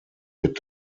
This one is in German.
wird